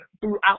throughout